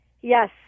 Yes